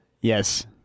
Yes